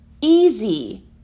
easy